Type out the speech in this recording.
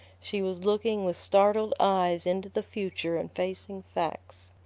she was looking with startled eyes into the future and facing facts.